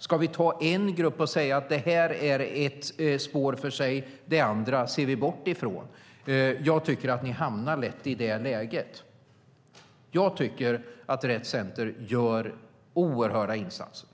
Ska vi ta en grupp och säga att detta är ett spår för sig, och de andra bortser vi ifrån? Jag tycker att ni lätt hamnar i det läget. Jag tycker att Rett Center gör oerhörda insatser.